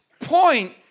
point